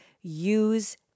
use